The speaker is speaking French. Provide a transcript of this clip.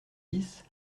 dix